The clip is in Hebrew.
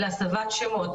להסבת שמות.